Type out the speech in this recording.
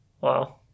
wow